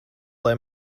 lai